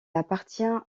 appartient